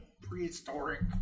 prehistoric